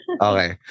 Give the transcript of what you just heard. Okay